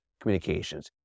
communications